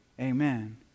Amen